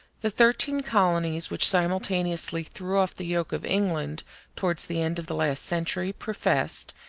the thirteen colonies which simultaneously threw off the yoke of england towards the end of the last century professed,